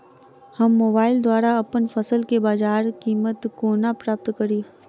हम मोबाइल द्वारा अप्पन फसल केँ बजार कीमत कोना प्राप्त कड़ी?